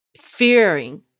fearing